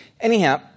Anyhow